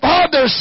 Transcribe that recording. Father